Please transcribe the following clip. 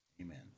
Amen